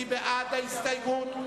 מי בעד ההסתייגות?